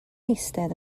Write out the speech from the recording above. eistedd